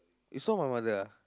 you saw my mother ah